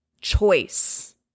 choice